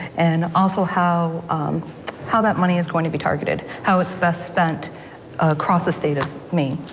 and also how how that money is going to be targeted, how it's best spent across the state of maine.